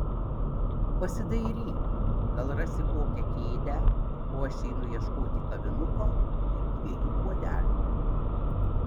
pasidairyk gal rasi kokią kėdę o aš einu ieškoti kavinuko ir dviejų puodelių